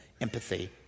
empathy